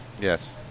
Yes